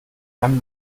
einem